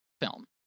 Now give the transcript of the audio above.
film